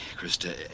Krista